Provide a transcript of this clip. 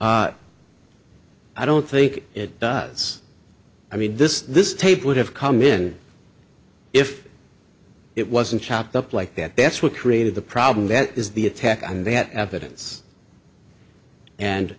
no i don't think it does i mean this this tape would have come in if it wasn't chopped up like that that's what created the problem that is the attack on that evidence and